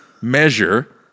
measure